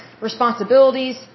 responsibilities